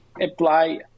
apply